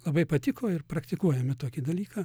labai patiko ir praktikuojame tokį dalyką